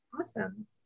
Awesome